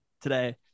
today